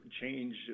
change